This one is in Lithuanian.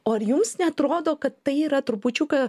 o ar jums neatrodo kad tai yra trupučiuką